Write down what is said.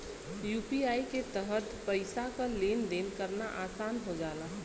UPI के तहत पइसा क लेन देन करना आसान हो जाला